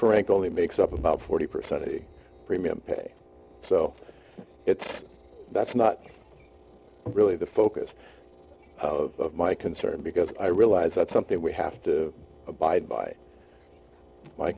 for rank only makes up about forty percent of the premium pay so it's that's not really the focus of my concern because i realize that's something we have to abide by my